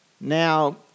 Now